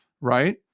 right